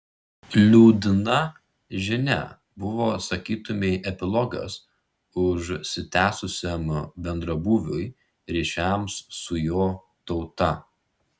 liūdna žinia buvo sakytumei epilogas užsitęsusiam bendrabūviui ryšiams su jo tauta